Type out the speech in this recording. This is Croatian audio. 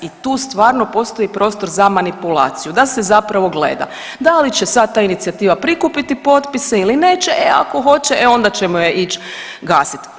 I tu stvarno postoji prostor za manipulaciju da se zapravo gleda da li će sad ta inicijativa prikupiti potpise ili neće, e ako hoće e onda ćemo je ići gasiti.